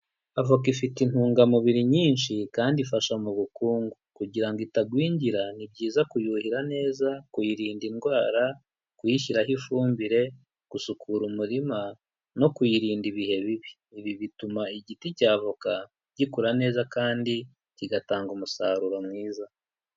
Avoka ifite intungamubiri nyinshi kandi ifasha mu bukungu kugira ngo itagwingira, ni byiza kuyuhira neza, kuyirinda indwara, kuyishyiraho ifumbire, gusukura umurima no kuyirinda ibihe bibi. Ibi bituma igiti cya avoka gikura neza kandi kigatanga umusaruro mwiza.